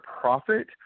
profit